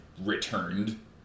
returned